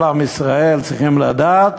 כל עם ישראל צריכים לדעת,